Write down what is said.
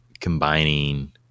combining